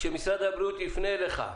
כשמשרד הבריאות יפנה אליך,